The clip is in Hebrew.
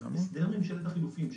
הסדר ממשלת החילופים,